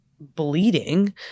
bleeding